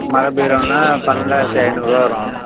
மர பீரோன்னா பன்னெண்டாயிரத்தி ஐந்நூறுரூவா வரும்